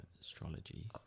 astrology